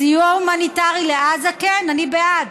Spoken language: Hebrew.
סיוע הומניטרי לעזה, כן, אני בעד.